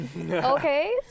okay